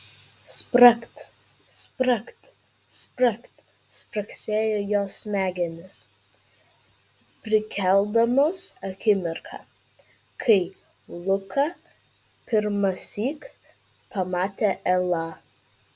spragt spragt spragt spragsėjo jos smegenys prikeldamos akimirką kai luka pirmąsyk pamatė elą